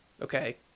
Okay